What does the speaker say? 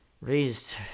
raised